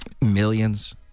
Millions